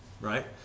Right